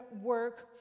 work